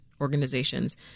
organizations